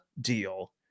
deal